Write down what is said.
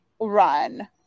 run